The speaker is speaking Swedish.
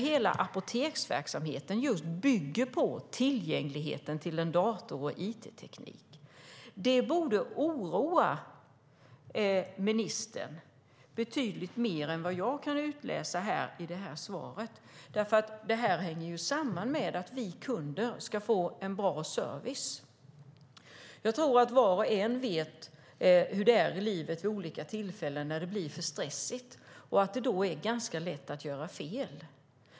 Hela apoteksverksamheten bygger på tillgång till datorer och informationsteknik. Det här borde oroa ministern betydligt mer än vad jag märker av interpellationssvaret. Det här hänger samman med att vi kunder ska få bra service. Jag tror att var och en vet hur det är i livet vid olika tillfällen när det blir för stressigt. Det är då ganska lätt att göra fel.